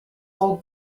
all